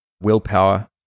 Willpower